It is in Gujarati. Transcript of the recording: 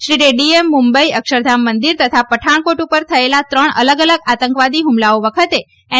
શ્રી રેડ્ડીએ મુંબઇ અક્ષરધામ મંદિર તથા પઠાણકોટ પર થયેલા ત્રણ અલગ અલગ આતંકવાદી હમલાઓ વખતે એન